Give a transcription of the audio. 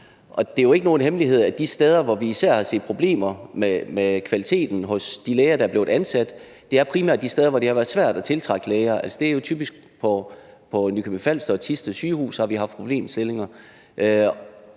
Det er jo ikke nogen hemmelighed, at de steder, hvor vi især har set problemer med kvaliteten hos de læger, der er blevet ansat, primært er de steder, hvor det har været svært at tiltrække læger. Det er jo typisk på Nykøbing Falster og Thisted sygehuse, vi har haft problemstillingen,